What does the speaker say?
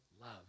love